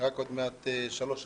רק עוד מעט שלוש שנים.